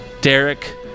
Derek